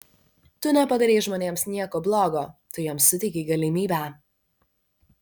tu nepadarei žmonėms nieko blogo tu jiems suteikei galimybę